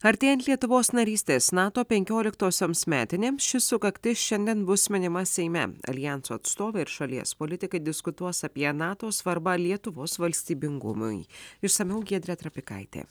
artėjant lietuvos narystės nato penkioliktosioms metinėms ši sukaktis šiandien bus minima seime aljanso atstovai ir šalies politikai diskutuos apie nato svarbą lietuvos valstybingumui išsamiau giedrė trapikaitė